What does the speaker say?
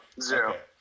zero